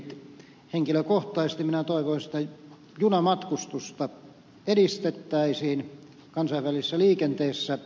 henkilökohtaisesti minä toivoisin että junamatkustusta edistettäisiin kansainvälisessä liikenteessä